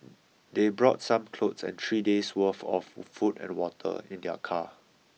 they brought some clothes and three days' worth of food and water in their car